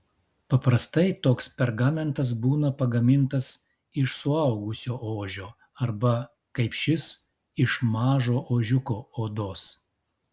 paprastai toks pergamentas būna pagamintas iš suaugusio ožio arba kaip šis iš mažo ožiuko odos